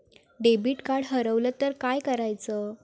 Debit card हरवल तर काय करायच?